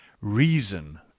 Reason